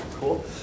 Cool